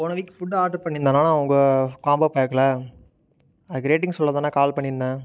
போன week food order பண்ணிருந்தோண்ணா உங்கள் காம்போ பேக்ல அதுக்கு ரேட்டிங் சொல்ல தாண்ணா கால் பண்ணிருந்தேன்